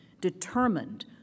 determined